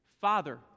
Father